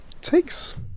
takes